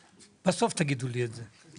בסוף תגידו לי את זה....